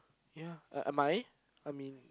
ya I I am I I mean